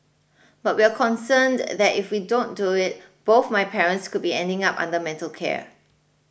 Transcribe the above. but we're concerned that if we don't do it both my parents could be ending up under mental care